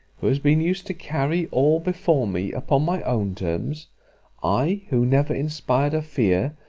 who have been used to carry all before me, upon my own terms i, who never inspired a fear,